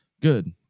good